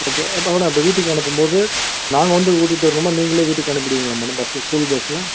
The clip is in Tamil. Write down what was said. ஓகே இப்போ வீட்டுக்கு அனுப்பும்போது நாங்கள் வந்து கூட்டிகிட்டு வரணுமா நீங்களே வீட்டுக்கு அனுப்பிடுவீங்களா மேடம் பஸ்ஸில் ஸ்கூல் பஸ்ஸில்